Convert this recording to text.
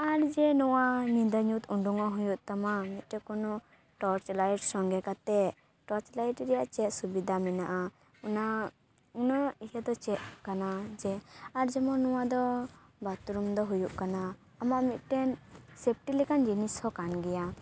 ᱟᱨ ᱡᱮ ᱱᱚᱣᱟ ᱧᱤᱫᱟᱹ ᱧᱩᱛ ᱩᱰᱩᱠᱚᱜ ᱦᱩᱭᱩᱜ ᱛᱟᱢᱟ ᱢᱤᱫᱴᱮᱱ ᱠᱚᱱᱚ ᱴᱚᱨᱪ ᱞᱟᱭᱤᱴ ᱥᱚᱸᱜᱮ ᱠᱟᱛᱮ ᱴᱚᱨᱪ ᱞᱟᱭᱤᱴ ᱨᱮᱭᱟᱜ ᱪᱮᱫ ᱥᱩᱵᱤᱫᱟ ᱢᱮᱱᱟᱜᱼᱟ ᱚᱱᱟ ᱩᱱᱟᱹᱜ ᱤᱭᱟᱹ ᱫᱚ ᱪᱮᱫ ᱠᱟᱱᱟ ᱡᱮ ᱟᱨ ᱡᱮᱢᱚᱱ ᱱᱚᱣᱟ ᱫᱚ ᱵᱟᱛᱨᱩᱢ ᱫᱚ ᱦᱩᱭᱩᱜ ᱠᱟᱱᱟ ᱟᱢᱟᱜ ᱢᱤᱫᱴᱮᱱ ᱥᱮᱯᱴᱤ ᱞᱮᱠᱟᱱ ᱡᱤᱱᱤᱥ ᱦᱚᱸ ᱠᱟᱱ ᱜᱮᱭᱟ